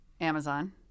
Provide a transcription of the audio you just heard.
Amazon